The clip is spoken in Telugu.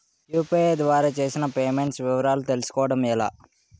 యు.పి.ఐ ద్వారా చేసిన పే మెంట్స్ వివరాలు తెలుసుకోవటం ఎలా?